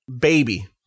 baby